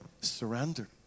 surrender